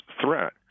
threat